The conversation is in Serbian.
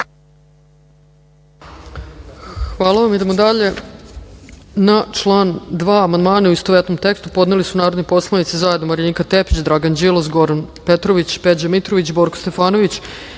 Hvala vam. Idemo dalje. Na član 2. amandmane u istovetnom tekstu podneli su narodni poslanici zajedno Marinika Tepić, Dragan Đilas, Goran Petrović, Peđa Mitrović, Borko Stefanović,